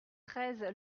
treize